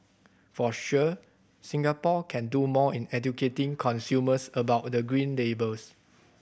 for sure Singapore can do more in educating consumers about the Green Labels